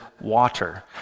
water